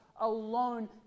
alone